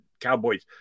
Cowboys